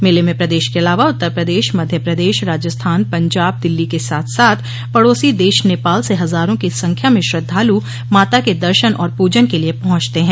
मेले में प्रदेश के अलावा उत्तर प्रदेश मध्य प्रदेश राजस्थान पंजाब दिल्ली के साथ साथ पड़ोसी देश नेपाल से हजारों की संख्या में श्रद्वाल माता के दर्शन और पूजन के लिए पहंचते हैं